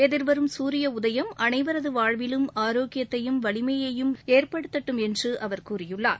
எதிர்வரும் சூரிய உதயம் அனைவரது வாழ்விலும் ஆரோக்கியத்தையும் வலிமையையும் ஏற்படுத்தட்டும் என்று அவர் கூறியுள்ளார்